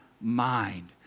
mind